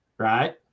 right